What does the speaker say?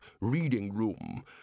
reading-room